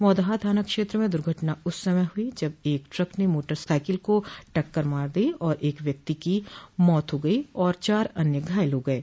मौदहा थाना क्षेत्र में दुर्घटना उस समय हुई जब एक ट्रक ने मोटरसाइकिल को टक्कर मार दी और एक व्यक्ति की मौत हो गई और चार अन्य घायल हो गये